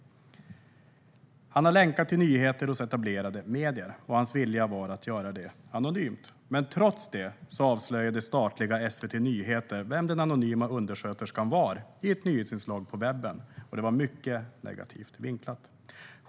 Han har länkar till nyheter hos etablerade medier, och hans vilja var att göra det anonymt. Men trots detta avslöjade statliga SVT Nyheter vem den anonyma undersköterskan var i ett nyhetsinslag på webben som var mycket negativt vinklat.